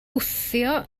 wthio